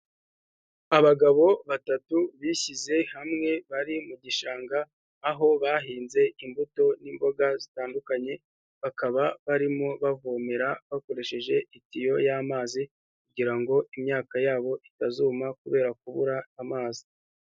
Abagabo batatu bishyize hamwe bari mu gishanga aho bahinze imbuto n'imboga zitandukanye bakaba barimo bavomera bakoresheje itiyo y'amazi kugirango imyaka yabo itazuma kubera kubura amazi.